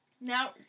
Now